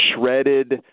shredded